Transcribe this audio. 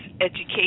education